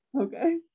Okay